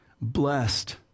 Blessed